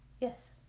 Yes